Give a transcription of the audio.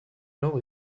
know